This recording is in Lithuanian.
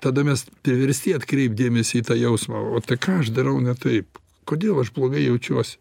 tada mes priversti atkreipt dėmesį į tą jausmą o tai ką aš darau ne taip kodėl aš blogai jaučiuosi